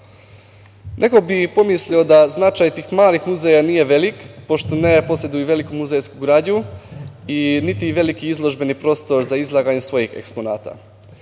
bi pomislio da značaj tih malih muzeja nije veliki, pošto ne poseduju veliku muzejsku građu, niti veliki izložbeni prostor za izlaganje svojih eksponata.